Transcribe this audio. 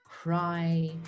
cry